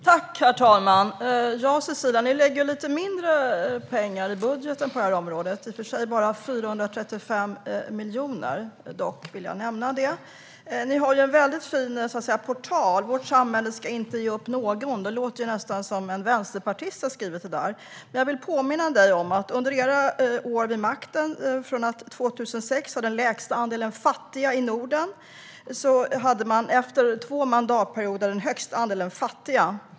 Herr talman! Ni lägger ju lite mindre pengar i budgeten på det här området, Cecilia. Det är i och för sig bara 435 miljoner. Dock vill jag nämna det. Ni har en fin portal - vårt samhälle ska inte ge upp någon - och det låter nästan som att en vänsterpartist skulle ha skrivit det. Jag vill påminna om vad som hände under era år vid makten. År 2006 hade Sverige den lägsta andelen fattiga i Norden och efter två mandatperioder hade vi den högsta andelen fattiga.